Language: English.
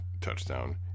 touchdown